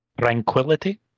Tranquility